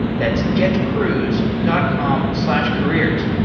that's getcruise dot com slash careers.